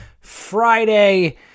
Friday